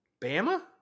Bama